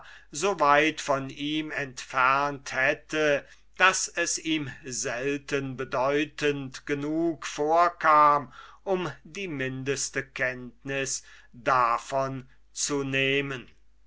so weit von ihm entfernt hätte daß es ihm selten bedeutend genug vorkam um die mindeste kenntnis davon zu nehmen